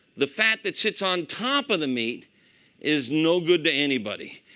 the fat that sits on top of the meat is no good to anybody.